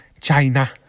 China